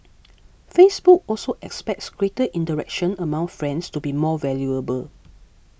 Facebook also expects greater interaction among friends to be more valuable